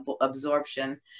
absorption